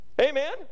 Amen